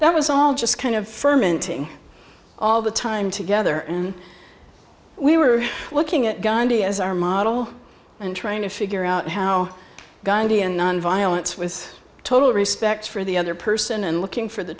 that was all just kind of ferment all the time together and we were looking at gandhi as our model and trying to figure out how gandhi and nonviolence with total respect for the other person and looking for the